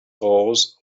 horse